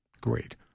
Great